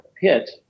pit